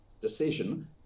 decision